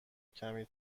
کمی